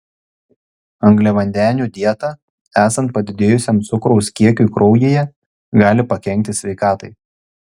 angliavandenių dieta esant padidėjusiam cukraus kiekiui kraujyje gali pakenkti sveikatai